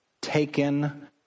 taken